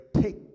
take